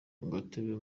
gatebe